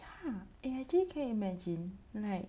actually can you imagine like